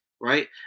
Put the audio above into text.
right